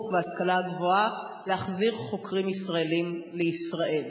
וההשכלה הגבוהה להחזיר חוקרים ישראלים לישראל.